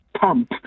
pump